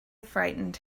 frightened